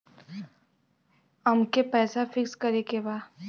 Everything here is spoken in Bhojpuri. अमके पैसा फिक्स करे के बा?